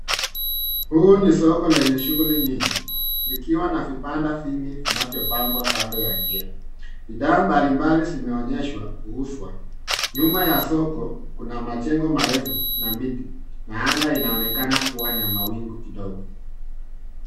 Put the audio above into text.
Huu ni soko lenye shughuli nyingi, likiwa na vibanda vingi vinavyopangwa kando ya njia . Bidhaa mbalimbali zimeonyeshwa kuuzwa . Nyuma ya soko kuna majengo marefu na miti na anga inaonekana kuwa na mawingu kidogo.